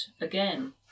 again